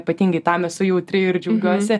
ypatingai tam esu jautri ir džiaugiuosi